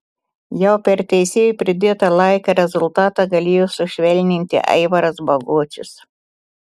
jau per teisėjo pridėtą laiką rezultatą galėjo sušvelninti aivaras bagočius